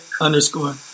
underscore